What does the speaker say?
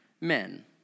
men